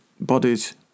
bodies